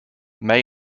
may